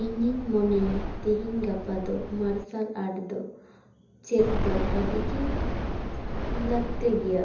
ᱤᱧᱤᱧ ᱢᱚᱱᱮᱭᱟ ᱛᱮᱦᱮᱧ ᱜᱟᱯᱟ ᱫᱚ ᱢᱟᱨᱥᱟᱞ ᱟᱸᱴ ᱫᱚ ᱪᱮᱫ ᱫᱚ ᱟᱹᱰᱤ ᱜᱮ ᱞᱟᱹᱠᱛᱤ ᱜᱮᱭᱟ